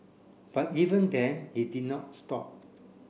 but even then he did not stop